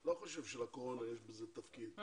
לא חושב שלקורונה יש בזה תפקיד,